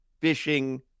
fishing